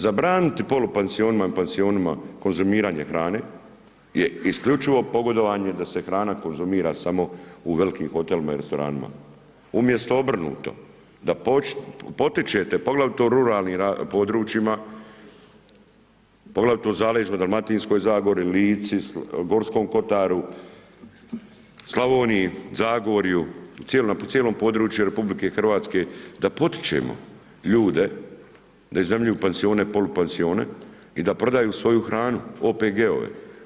Zabraniti polupansionima i pansionima konzumiranje hrane je isključivo pogodovanje da se hrana konzumira samo u velikim hotelima i restoranima umjesto obrnuto, da potičete poglavito u ruralnim područjima, poglavito u zaleđima, Dalmatinskoj zagori, Lici, Gorskom kotaru, Slavoniji, Zagorju, cijelom području RH, da potičemo ljude da iznajmljuju pansione i polupansione i da prodaju svoju hranu, OPG-ove.